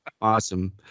awesome